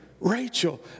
Rachel